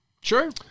Sure